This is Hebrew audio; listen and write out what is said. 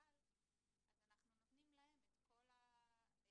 המשכ"ל אז אנחנו נותנים להם את כל האפשרויות